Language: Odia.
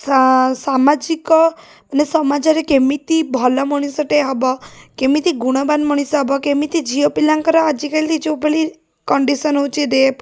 ସା ସାମାଜିକ ମାନେ ସମାଜରେ କେମିତି ଭଲ ମଣିଷଟେ ହବ କେମିତି ଗୁଣବାନ ମଣିଷ ହବ କେମିତି ଝିଅପିଲାଙ୍କର ଆଜିକାଲି ଯେଉଁଭଳି କଣ୍ଡିସନ୍ ହେଉଛି ରେପ୍